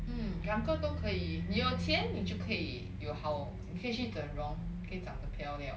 mm 两个都可以你有钱你就可以有好可以去整容可以长得漂亮